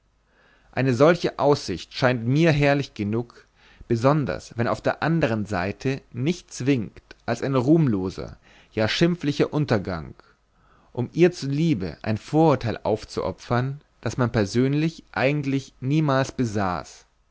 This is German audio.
eine solche aussicht scheint mir herrlich genug besonders wenn auf der andern seite nichts winkt als ein ruhmloser ja schimpflicher untergang um ihr zuliebe ein vorurteil aufzuopfern das man persönlich eigentlich niemals besaß